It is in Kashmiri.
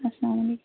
اَسلامُ عَلیکُم